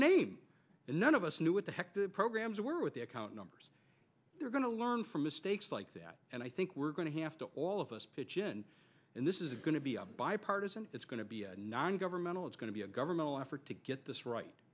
name and none of us knew what the heck the programs were with the account numbers you're going to learn from mistakes like that and i think we're going to have to all of us pitch in and this is going to be a bipartisan it's going to be a non governmental it's going to be a governmental effort to get this right